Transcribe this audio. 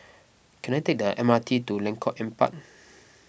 can I take the M R T to Lengkok Empat